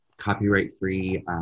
copyright-free